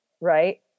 right